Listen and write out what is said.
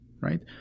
right